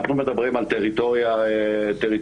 אנחנו מדברים על טריטוריה מאוד,